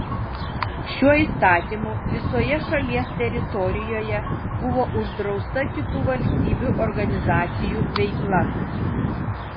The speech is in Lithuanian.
šiuo įstatymu visoje šalies teritorijoje buvo uždrausta kitų valstybių organizacijų veikla